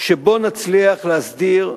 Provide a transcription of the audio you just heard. שבו נצליח להסדיר,